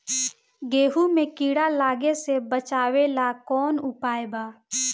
गेहूँ मे कीड़ा लागे से बचावेला कौन उपाय बा?